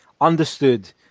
understood